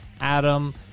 Adam